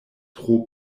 tro